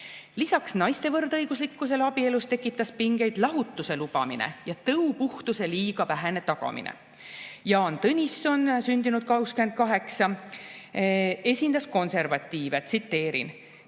Lisaks naiste võrdõiguslikkusele abielus tekitas pingeid lahutuse lubamine ja tõupuhtuse liiga vähene tagamine. Jaan Tõnisson, sündinud 1868, esindas konservatiive. Tsiteerin: